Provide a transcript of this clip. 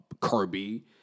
Kirby